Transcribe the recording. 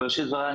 בראשית דבריי,